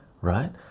right